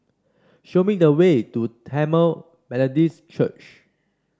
show me the way to Tamil Methodist Church